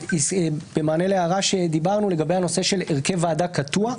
זה במענה להערה שדיברנו לגבי הנושא של הרכב ועדה קטוע.